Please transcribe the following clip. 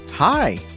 Hi